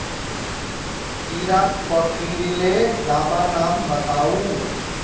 कीड़ा पकरिले दाबा नाम बाताउ?